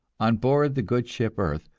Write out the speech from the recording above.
on board the good ship earth,